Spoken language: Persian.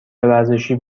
ورزشی